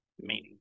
meaning